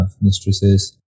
mistresses